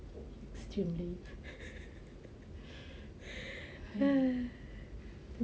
extremely